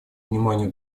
вниманию